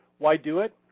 why do it?